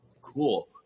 Cool